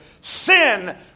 sin